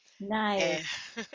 Nice